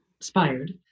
inspired